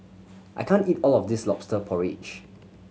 I can't eat all of this Lobster Porridge